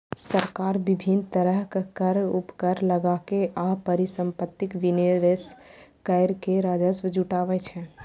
सरकार विभिन्न तरहक कर, उपकर लगाके आ परिसंपत्तिक विनिवेश कैर के राजस्व जुटाबै छै